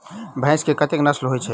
भैंस केँ कतेक नस्ल होइ छै?